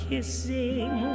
Kissing